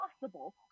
possible